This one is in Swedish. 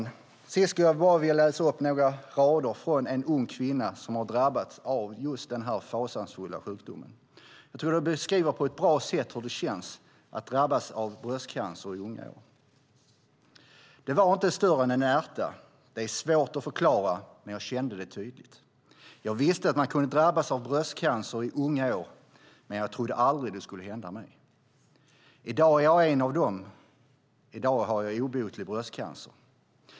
Till sist skulle jag vilja läsa upp några rader från en ung kvinna som har drabbats av just denna fasansfulla sjukdom. De beskriver på ett bra sätt hur det känns att drabbas av bröstcancer i unga år. Hon skriver: Den var inte större än en ärta. Det är svårt att förklara, men jag kände den tydligt. Jag visste att man kunde drabbas av bröstcancer i unga år. Men trodde aldrig att det skulle hända mig. I dag är jag en av dem. I dag har jag obotlig bröstcancer.